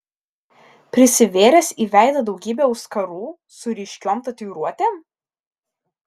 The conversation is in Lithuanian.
prisivėręs į veidą daugybę auskarų su ryškiom tatuiruotėm